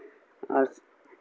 اور